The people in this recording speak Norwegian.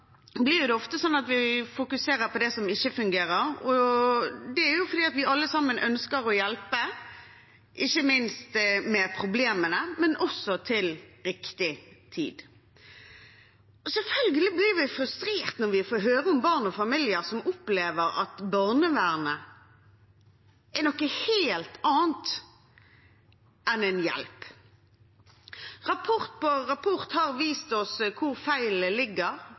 blir det ofte til at vi fokuserer på det som ikke fungerer, og det er jo fordi vi alle sammen ønsker å hjelpe – ikke minst med problemene, men også til riktig tid. Selvfølgelig blir vi frustrerte når vi får høre om barn og familier som opplever at barnevernet er noe helt annet enn en hjelp. Rapport på rapport har vist oss hvor feilene ligger,